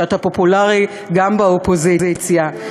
שאתה פופולרי גם באופוזיציה.